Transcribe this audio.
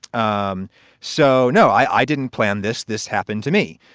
um so, no, i didn't plan this. this happened to me.